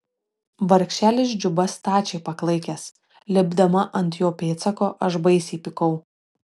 vargšelis džuba stačiai paklaikęs lipdama ant jo pėdsako aš baisiai pykau